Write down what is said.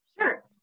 Sure